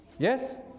Yes